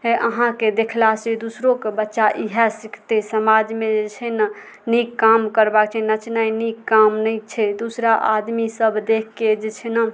अहाँके देखला से दोसरोके बच्चा इहए सिखतै समाजमे जे छै नीक काम करबाक छै नचनाइ नीक काम नहि छै दूसरा आदमी सब देखके जे छै ने